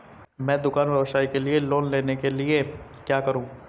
मैं दुकान व्यवसाय के लिए लोंन लेने के लिए क्या करूं?